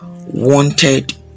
wanted